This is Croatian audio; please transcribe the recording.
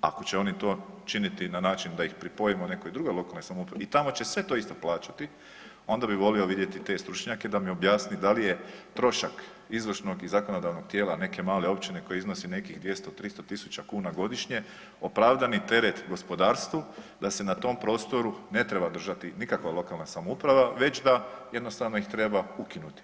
ako će oni to činiti na način da ih pripojimo drugoj lokalnoj samoupravi i tamo će sve to isto plaćati, onda bi volio vidjeti te stručnjake da mi objasni da li je trošak izvršnog i zakonodavnog tijela neke male općine koji iznosi nekih 200, 300.000 kuna godišnje opravdani teret gospodarstvu da se na tom prostoru ne treba držati nikakva lokalna samouprava već da jednostavno ih treba ukinuti.